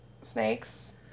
snakes